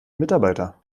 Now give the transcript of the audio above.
mitarbeiter